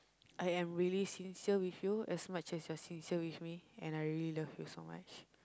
I am really sincere with you as much as you're sincere with me and I really love you so much